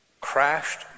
crashed